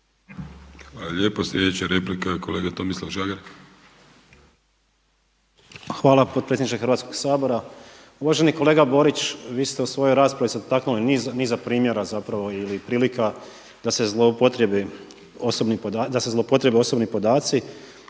Hvala lijepo. Sljedeća replika je kolega Tomislav Žagar. **Žagar, Tomislav (Nezavisni)** Hvala potpredsjedniče Hrvatskog sabora. Uvaženi kolega Borić, vi ste u svojoj raspravi se dotaknuli niza primjera zapravo ili prilika da se zloupotrijebe osobni podaci